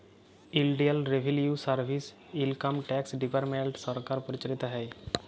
ইলডিয়াল revenue service, income tax department সরকার পরিচালিত হ্যয়